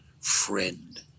friend